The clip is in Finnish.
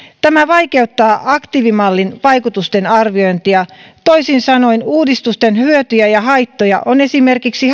tämä vaikeuttaa aktiivimallin vaikutusten arviointia toisin sanoen uudistusten hyötyjä tai haittoja ja esimerkiksi